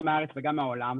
גם מהארץ וגם מהעולם,